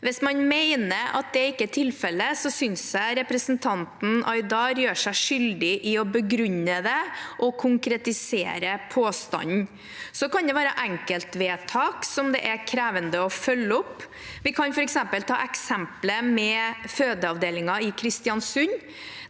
Hvis man mener at det ikke er tilfellet, sy nes jeg representanten Aydar skylder å begrunne det og konkretisere påstanden. Så kan det være enkeltvedtak som det er krevende å følge opp – vi kan som eksempel ta fødeavdelingen i Kristiansund.